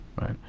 right